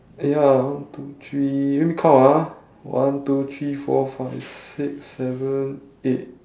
eh ya one two three let me count ah one two three four five six seven eight